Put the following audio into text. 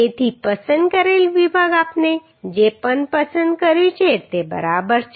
તેથી પસંદ કરેલ વિભાગ આપણે જે પણ પસંદ કર્યું છે તે બરાબર છે